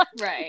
Right